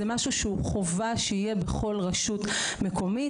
זה משהו שהוא חובה שיהיה בכל רשות מקומית,